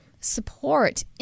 support